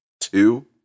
two